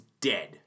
dead